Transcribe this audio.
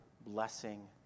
blessing